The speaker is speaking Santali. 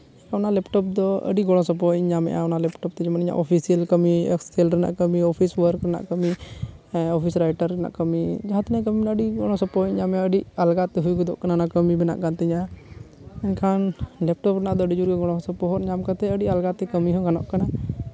ᱚᱱᱟ ᱞᱮᱯᱴᱚᱯ ᱫᱚ ᱟᱹᱰᱤ ᱜᱚᱲᱚ ᱥᱚᱯᱚᱦᱚᱫ ᱤᱧ ᱧᱟᱢᱮᱫᱼᱟ ᱚᱱᱟ ᱞᱮᱯᱴᱚᱯ ᱛᱮᱜᱮ ᱢᱟᱱᱮ ᱤᱧᱟᱹᱜ ᱚᱯᱷᱤᱥᱤᱭᱟᱞ ᱠᱟᱹᱢᱤ ᱮᱠᱥᱮᱹᱞ ᱨᱮᱨᱟᱜ ᱠᱟᱹᱢᱤ ᱚᱯᱷᱤᱥ ᱚᱣᱟᱨᱠ ᱨᱮᱱᱟᱜ ᱠᱟᱹᱢᱤ ᱚᱯᱷᱤᱥ ᱨᱟᱭᱴᱟᱨ ᱨᱮᱱᱟᱜ ᱠᱟᱹᱢᱤ ᱡᱟᱦᱟᱸ ᱛᱤᱱᱟᱹᱜ ᱠᱟᱹᱢᱤᱭᱮᱫᱼᱟ ᱟᱹᱰᱤ ᱜᱮ ᱜᱚᱲᱚ ᱥᱚᱯᱚᱦᱚᱫ ᱤᱧ ᱧᱟᱢᱮᱫᱼᱟ ᱟᱹᱰᱤ ᱟᱞᱜᱟᱛᱮ ᱦᱳᱭ ᱜᱚᱫᱚᱜ ᱠᱟᱱᱟ ᱚᱱᱟ ᱠᱟᱹᱢᱤ ᱵᱮᱱᱟᱜ ᱠᱟᱱ ᱛᱤᱧᱟᱹ ᱮᱱᱠᱷᱟᱱ ᱞᱮᱯᱴᱚᱯ ᱨᱮᱱᱟᱜ ᱫᱚ ᱟᱹᱰᱤ ᱡᱳᱨ ᱜᱮ ᱜᱚᱲᱚ ᱥᱚᱯᱚᱦᱚᱫ ᱧᱟᱢ ᱠᱟᱛᱮᱫ ᱟᱹᱰᱤ ᱟᱞᱜᱟᱛᱮ ᱠᱟᱹᱢᱤ ᱦᱚᱸ ᱜᱟᱱᱚᱜ ᱠᱟᱱᱟ